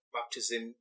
baptism